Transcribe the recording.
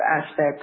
aspects